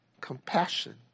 compassion